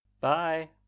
Bye